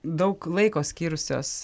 daug laiko skyrusios